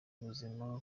ubuzima